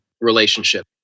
relationship